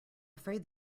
afraid